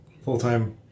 full-time